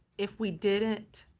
if we didn't